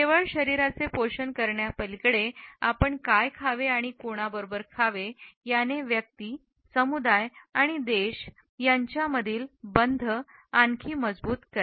केवळ शरीराचे पोषण करण्यापलीकडे आपण काय खावे आणि कोणाबरोबर खावे याने व्यक्ती समुदाय आणि देश यांच्यामधील बंध आणखी मजबूत करा